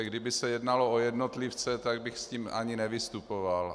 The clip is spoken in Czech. Kdyby se jednalo o jednotlivce, tak bych s tím ani nevystupoval.